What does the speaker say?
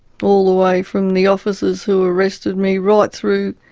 all the way from the officers who arrested me, right through